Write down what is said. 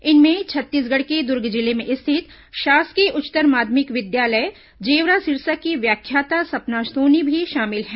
इनमें छत्तीसगढ़ के दुर्ग जिले में स्थित शासकीय उच्चतर माध्यमिक विद्यालय जेवरा सिरसा की व्याख्याता सपना सोनी भी शामिल हैं